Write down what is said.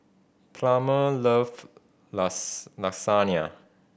Plummer love Lasagna